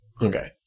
Okay